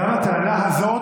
גם הטענה הזאת,